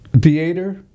theater